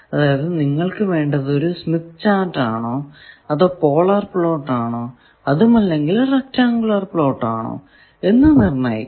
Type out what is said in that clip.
അതായത് നിങ്ങൾക്കു വേണ്ടത് ഒരു സ്മിത്ത് ചാർട്ട് ആണോ അതോ പോളാർ പ്ലോട്ട് ആണോ അതും അല്ലെങ്കിൽ റെക്ടാങ്കുലർ പ്ലോട്ട് ആണോ എന്ന് നിർണയിക്കുന്നു